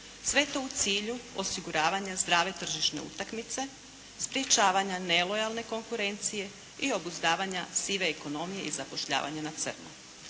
Sve to u cilju osiguravanja zdrave tržišne utakmice, sprječavanja nelojalne konkurencije i obuzdavanja sive ekonomije i zapošljavanja na crno.